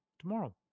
tomorrow